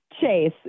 Chase